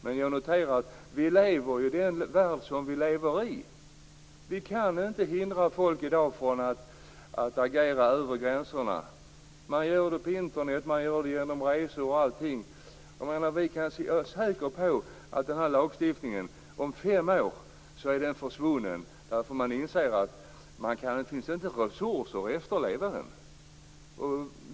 Men jag noterar att vi lever i den värld som vi lever i. Vi kan i dag inte hindra människor att agera över gränserna. De gör det genom att använda sig av Internet och genom resor. Jag är säker på att denna lagstiftning är försvunnen om fem år eftersom man inser att den inte går att efterleva.